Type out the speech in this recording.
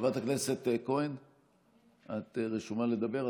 חברת הכנסת כהן, את רשומה לדבר.